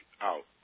out